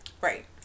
Right